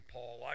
Paul